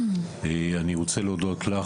אני רוצה להודות לך,